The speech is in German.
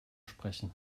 sprechen